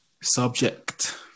Subject